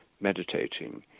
meditating